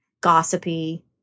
gossipy